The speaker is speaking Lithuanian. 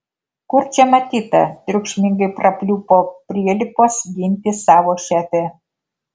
kur čia matyta triukšmingai prapliupo prielipos ginti savo šefę